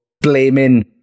blaming